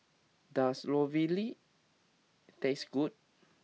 does Ravioli taste good